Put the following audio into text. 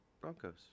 Broncos